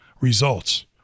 Results